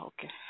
Okay